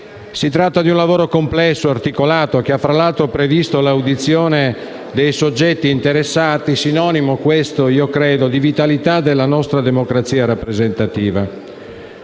Si tratta di un lavoro complesso, articolato, che ha fra l'altro previsto l'audizione dei soggetti interessati, che credo sia sinonimo della vitalità della nostra democrazia rappresentativa.